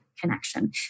connection